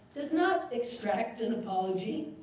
does not extract an apology.